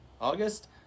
august